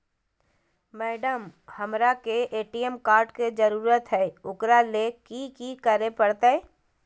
Madam, हमरा के ATM card के जरूरत है ऊकरा ले की की करे परते?